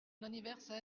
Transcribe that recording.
anniversaire